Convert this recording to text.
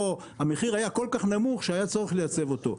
המחיר היה כל כך נמוך שהיה צורך לייצב אותו.